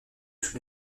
sous